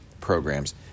programs